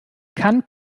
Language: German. kann